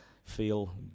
feel